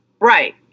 Right